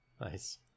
Nice